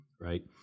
right